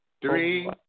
Three